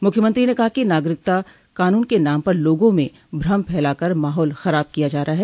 मुख्यमंत्री ने कहा कि नागरिकता कानून के नाम पर लोगों में भ्रम फैला कर माहौल खराब किया जा रहा है